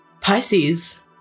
Pisces